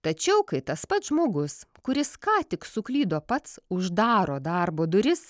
tačiau kai tas pats žmogus kuris ką tik suklydo pats uždaro darbo duris